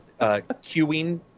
queuing